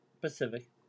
Pacific